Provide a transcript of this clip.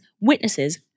witnesses